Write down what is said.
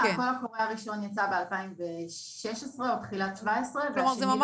הקול הקורא הראשון יצא בשנת 2016 או תחילת 2017. זאת